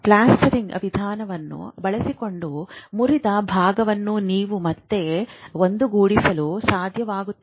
plastering ವಿಧಾನವನ್ನು ಬಳಸಿಕೊಂಡು ಮುರಿದ ಭಾಗವನ್ನು ನೀವು ಮತ್ತೆ ಒಂದುಗೂಡಿಸಲು ಸಾಧ್ಯವಾಗುತ್ತದೆ